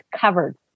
covered